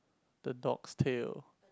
the dog's tale